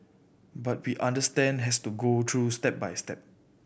but we understand has to go through step by step